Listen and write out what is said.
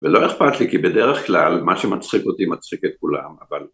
ולא אכפת לי כי בדרך כלל מה שמצחיק אותי מצחיק את כולם, אבל